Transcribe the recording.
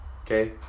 okay